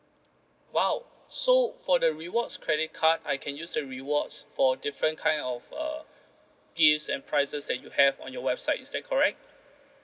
!wow! so for the rewards credit card I can use the rewards for different kind of uh gifts and prices that you have on your website is that correct